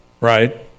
right